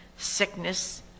Sickness